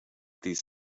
these